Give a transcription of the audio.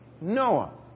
Noah